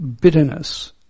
bitterness